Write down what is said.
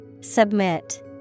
Submit